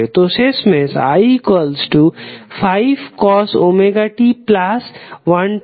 তো শেষমেশ i5ωt12687° A